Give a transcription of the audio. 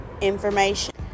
information